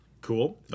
Cool